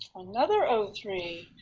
another o three.